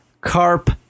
carp